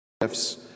gifts